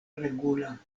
regula